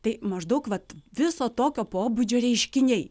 tai maždaug vat viso tokio pobūdžio reiškiniai